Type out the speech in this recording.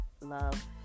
love